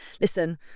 listen